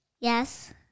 Yes